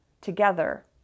together